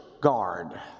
guard